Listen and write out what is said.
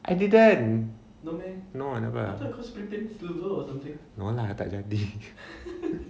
I didn't know then no I never no lah tak jadi